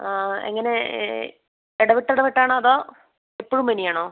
ആ എങ്ങനെ ഇടവിട്ട് ഇടവിട്ടാണോ അതോ എപ്പോഴും പനിയാണോ